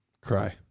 Cry